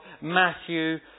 Matthew